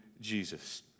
Jesus